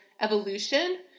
evolution